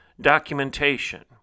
documentation